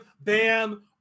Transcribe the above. Bam